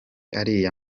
ariya